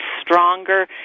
stronger